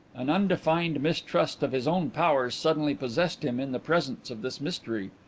an undefined mistrust of his own powers suddenly possessed him in the presence of this mystery.